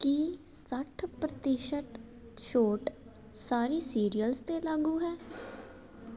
ਕੀ ਸੱਠ ਪ੍ਰਤੀਸ਼ਤ ਛੋਟ ਸਾਰੀ ਸੀਰੀਅਲਸ 'ਤੇ ਲਾਗੂ ਹੈ